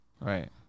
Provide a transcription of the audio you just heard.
Right